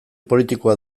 politikoa